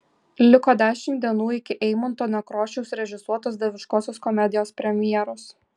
liko dešimt dienų iki eimunto nekrošiaus režisuotos dieviškosios komedijos premjeros